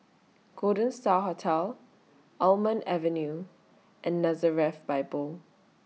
Golden STAR Hotel Almond Avenue and Nazareth Bible